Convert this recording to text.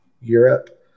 Europe